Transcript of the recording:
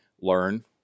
learn